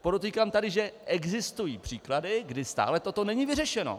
Podotýkám tady, že existují příklady, kdy stále toto není vyřešeno.